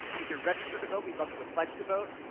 if you're registered to vote, we'd love you to pledge to vote.